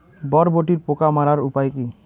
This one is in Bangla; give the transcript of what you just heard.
বরবটির পোকা মারার উপায় কি?